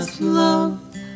love